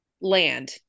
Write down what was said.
land